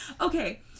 Okay